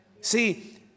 See